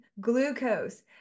glucose